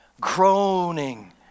Groaning